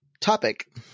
topic